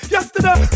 Yesterday